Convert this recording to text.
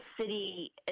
city